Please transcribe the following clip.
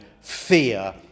fear